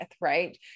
right